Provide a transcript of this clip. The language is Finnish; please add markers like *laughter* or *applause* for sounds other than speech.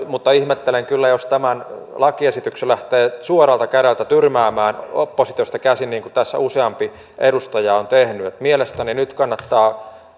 mutta ihmettelen kyllä jos tämän lakiesityksen lähtee suoralta kädeltä tyrmäämään oppositiosta käsin niin kuin tässä useampi edustaja on tehnyt mielestäni nyt kannattaa *unintelligible*